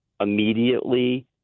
immediately